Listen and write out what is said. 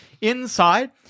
Inside